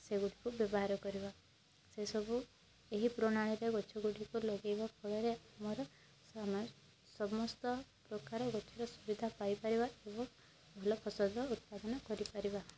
ସେଗୁଡ଼ିକୁ ବ୍ୟବହାର କରିବା ସେସବୁ ଏହି ପ୍ରଣାଳୀରେ ଗଛ ଗୁଡ଼ିକୁ ଲଗେଇବା ଫଳରେ ଆମର ସମସ୍ତ ପ୍ରକାର ଗଛର ସୁବିଧା ପାଇପାରିବା ଏବଂ ଭଲ ଫସଲ ଉତ୍ପାଦନ କରି ପାରିବା